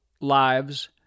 lives